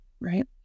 Right